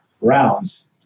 rounds